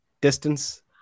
distance